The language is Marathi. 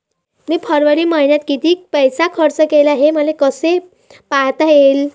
मी फरवरी मईन्यात कितीक पैसा खर्च केला, हे मले कसे पायता येईल?